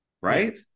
right